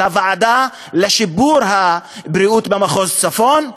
של הוועדה לשיפור הבריאות במחוז צפון,